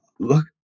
Look